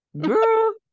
girl